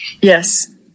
Yes